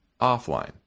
offline